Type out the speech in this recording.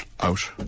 out